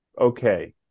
okay